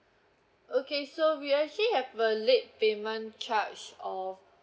okay so we actually have a late payment charge of